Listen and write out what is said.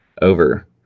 over